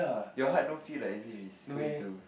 your heart don't feel like as if it's going to